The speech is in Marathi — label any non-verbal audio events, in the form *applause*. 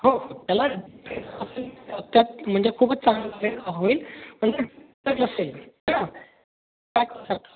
हो हो त्याला *unintelligible* म्हणजे खूपच *unintelligible* होईल म्हणजे *unintelligible* असेल *unintelligible*